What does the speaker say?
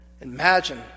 Imagine